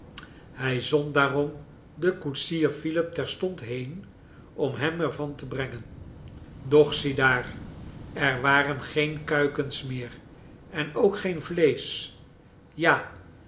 hij zond daarom den koetsier philip terstond heen om hem er van te brengen doch ziedaar er waren geen kuikens meer en ook geen vleesch ja